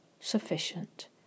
sufficient